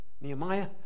Nehemiah